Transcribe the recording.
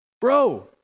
Bro